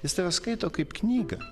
jis tave skaito kaip knygą